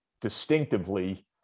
distinctively